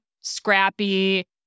scrappy